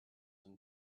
and